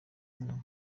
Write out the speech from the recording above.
mwaka